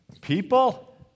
people